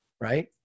Right